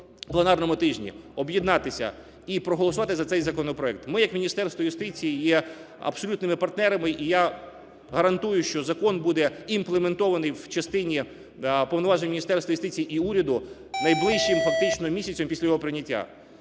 пленарному тижні об'єднатися і проголосувати за цей законопроект. Ми як Міністерство юстиції є абсолютними партнерами і я гарантую, що закон будеімплементований в частині повноважень Міністерства юстиції і уряду найближчим фактично місяцем після його прийняття.